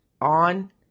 on